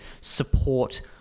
support